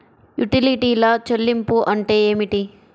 యుటిలిటీల చెల్లింపు అంటే ఏమిటి?